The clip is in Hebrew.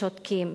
ששותקים.